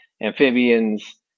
amphibians